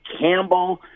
Campbell